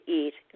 eat